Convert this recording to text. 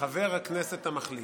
חבר הכנסת המחליף.